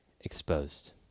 exposed